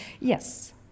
Yes